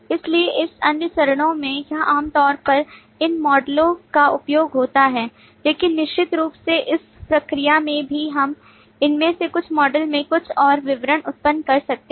इसलिए इस अन्य चरणों में यह आमतौर पर इन मॉडलों का उपयोग होता है लेकिन निश्चित रूप से उस प्रक्रिया में भी हम इनमें से कुछ मॉडल में कुछ और विवरण उत्पन्न कर सकते हैं